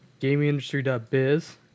gamingindustry.biz